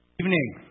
evening